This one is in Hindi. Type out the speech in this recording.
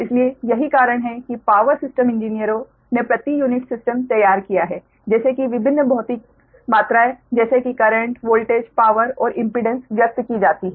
इसलिए यही कारण है कि पावर सिस्टम इंजीनियरों ने प्रति यूनिट सिस्टम तैयार किया है जैसे कि विभिन्न भौतिक मात्राएं जैसे कि करेंट वोल्टेज पावर और इम्पीडेंस व्यक्त की जाती है